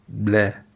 bleh